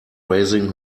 raising